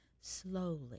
slowly